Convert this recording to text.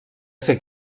ser